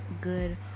good